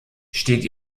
stieg